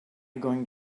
going